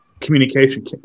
communication